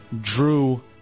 Drew